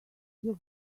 your